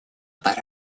пора